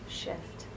shift